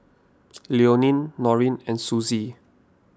Leonia Noreen and Susie